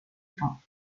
temps